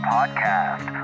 Podcast